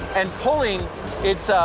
and pulling its, ah,